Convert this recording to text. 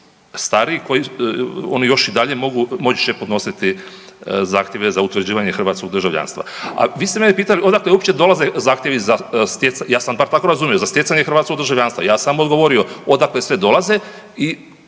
stariji, oni još i dalje mogu i moći će podnositi zahtjeve za utvrđivanje hrvatskog državljanstva. A vi ste mene pitali odakle uopće dolaze zahtjevi za stjecanje, ja sam bar tako razumio, za stjecanje hrvatskog državljanstva, ja sam vam odgovorio odakle sve dolaze i